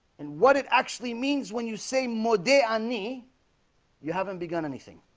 and what it actually means when you say more day on me you haven't begun anything?